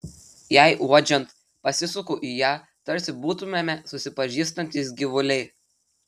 jai uodžiant pasisuku į ją tarsi būtumėme du susipažįstantys gyvuliai